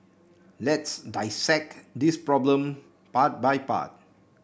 let's dissect this problem part by part